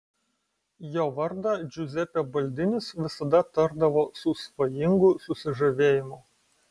jo vardą džiuzepė baldinis visada tardavo su svajingu susižavėjimu